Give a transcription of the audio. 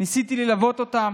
ניסיתי ללוות אותם